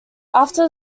after